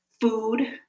food